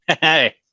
hey